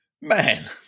Man